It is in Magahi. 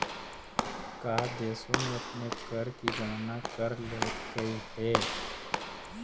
का देशों ने अपने कर की गणना कर लेलकइ हे